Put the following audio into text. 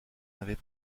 n’avait